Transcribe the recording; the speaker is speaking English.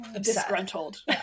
disgruntled